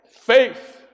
Faith